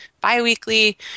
biweekly